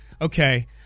Okay